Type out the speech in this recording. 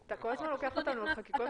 אתה כל הזמן לוקח אותנו לחקיקות מחייבות,